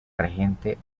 regente